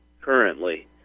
currently